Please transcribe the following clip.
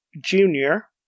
Junior